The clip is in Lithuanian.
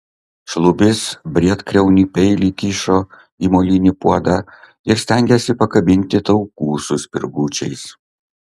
šlubis briedkriaunį peilį kišo į molinį puodą ir stengėsi pakabinti taukų su spirgučiais